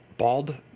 Bald